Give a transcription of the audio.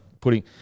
putting